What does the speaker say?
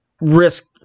risk